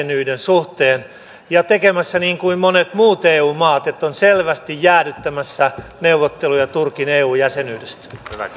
jäsenyyden suhteen ja tekemässä niin kuin monet muut eu maat että on selvästi jäädyttämässä neuvotteluja turkin eu jäsenyydestä